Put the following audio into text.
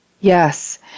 Yes